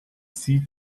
sie